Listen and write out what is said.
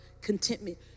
contentment